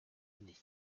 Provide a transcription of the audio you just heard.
unis